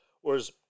Whereas